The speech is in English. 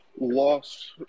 lost